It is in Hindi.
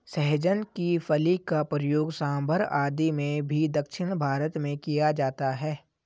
सहजन की फली का प्रयोग सांभर आदि में भी दक्षिण भारत में किया जाता है